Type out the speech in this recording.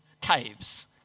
caves